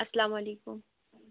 السلام علیکُم